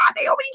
Naomi